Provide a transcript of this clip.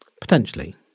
Potentially